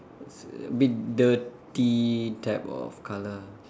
is a bit dirty type of color